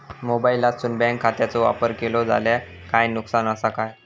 मोबाईलातसून बँक खात्याचो वापर केलो जाल्या काय नुकसान असा काय?